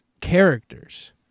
characters